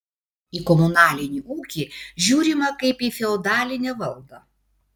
į komunalinį ūkį žiūrima kaip į feodalinę valdą